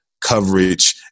coverage